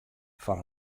foar